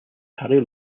harry